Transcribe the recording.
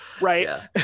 right